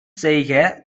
செய்க